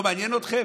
לא מעניין אתכם?